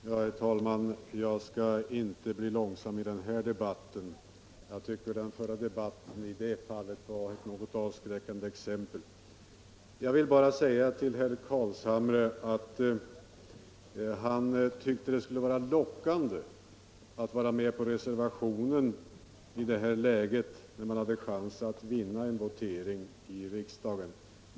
Indexreglering av Herr talman! Jag skall inte bli mångordig i denna diskussion. Jag tyckte de allmänna att den förra debatten var ett avskräckande exempel i det avseendet. barnbidragen Herr Carlshamre tyckte att det skulle vara lockande att ställa sig bakom reservationen i det här läget när vi skulle ha en chans att vinna en votering i riksdagen.